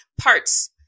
parts